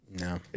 no